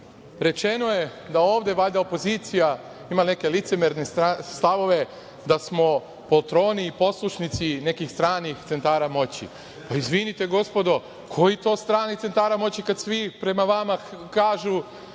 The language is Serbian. rečeno je da ovde valjda opozicija ima neke licemerne stavove, da smo poltroni i poslušnici nekih stranih centara moći. Izvinite gospodo, kojih to stranih centara moći kada svi prema vama kažu